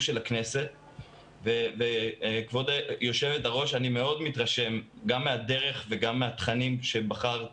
של הכנסת וכבוד היו"ר אני מאוד מתרשם גם מהדרך וגם מהתכנים שבחרת